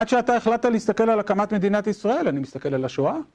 עד שאתה החלטת להסתכל על הקמת מדינת ישראל, אני מסתכל על השואה.